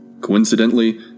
Coincidentally